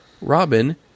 Robin